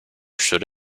should